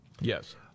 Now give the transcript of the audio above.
Yes